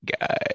guy